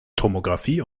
tomographie